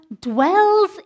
dwells